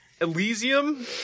Elysium